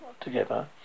together